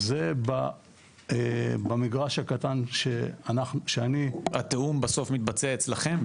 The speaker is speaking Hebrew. זה במגרש הקטן שאני --- התאום בסוף מתבצע אצלכם,